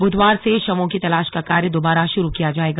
बुधवार से शवों की तलाश का कार्य दोबारा शुरू किया जाएगा